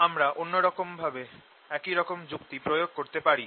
আমরা অন্য রকম ভাবে একই রকম যুক্তি প্রয়োগ করতে পারি